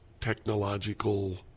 technological